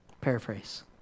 paraphrase